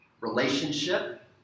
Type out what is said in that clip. relationship